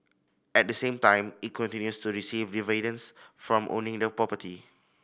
at the same time it continues to receive dividends from owning the property